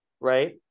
right